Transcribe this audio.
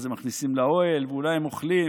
אז הם מכניסים לאוהל, ואולי הם אוכלים.